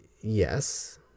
Yes